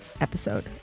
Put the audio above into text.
episode